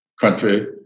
country